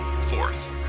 fourth